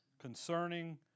concerning